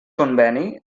conveni